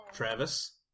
Travis